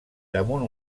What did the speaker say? damunt